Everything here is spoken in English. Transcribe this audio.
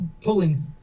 pulling